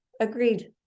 Agreed